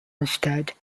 instead